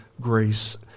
grace